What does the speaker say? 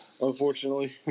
unfortunately